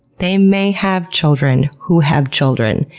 they may have children who have children,